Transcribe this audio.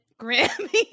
Grammy